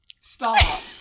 Stop